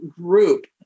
group